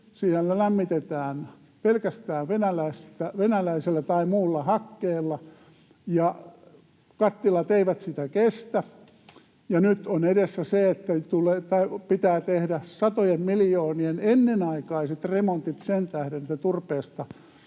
siellä lämmitetään pelkästään venäläisellä tai muulla hakkeella ja kattilat eivät sitä kestä, ja nyt on edessä se, että pitää tehdä satojen miljoonien ennenaikaiset remontit sen tähden, että turpeesta